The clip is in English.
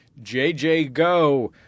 JJGo